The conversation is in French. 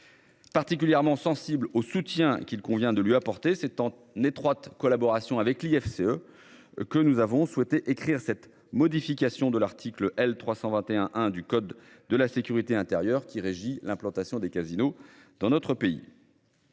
Particulièrement sensible au soutien qu'il convient de lui apporter ces temps n'étroite collaboration avec l'FCE eux. Que nous avons souhaité écrire cette modification de l'article L 321 1 du code de la sécurité intérieure qui régit l'implantation des casinos dans notre pays.